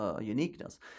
uniqueness